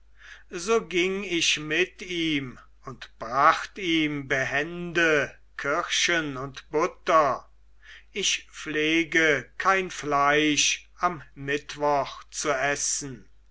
so ging ich mit ihm und bracht ihm behende kirschen und butter ich pflege kein fleisch am mittwoch zu essen